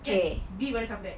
kan B baru come back